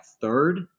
third